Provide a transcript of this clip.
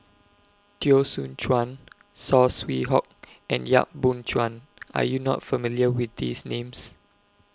Teo Soon Chuan Saw Swee Hock and Yap Boon Chuan Are YOU not familiar with These Names